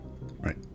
Right